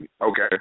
Okay